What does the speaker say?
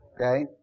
Okay